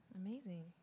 Amazing